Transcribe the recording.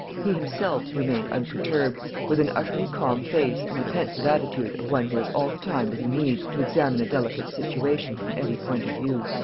he himself remained unperturbed, with an utterly calm face and the pensive attitude of one who has all the time that he needs to examine a delicate situation from every point of view.